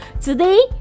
Today